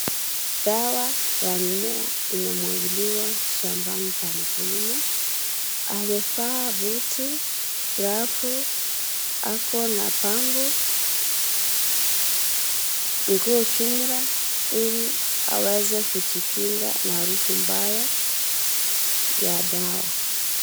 Dawa ya mimea imemwagiliwa shambani pa mkulima, anafaa buti rafu, ako na pango, nguo jumla, ili aweze kujikinga na harufu mbaya, ya dawa.